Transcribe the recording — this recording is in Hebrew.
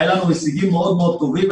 היו לנו הישגים מאוד מאוד טובים,